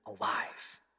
alive